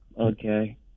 Okay